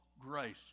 grace